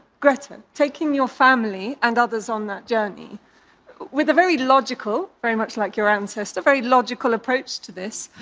greta, taking your family and others on that journey with a very logical very much like your ancestor very logical approach to this,